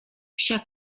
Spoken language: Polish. psia